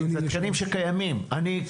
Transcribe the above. אני,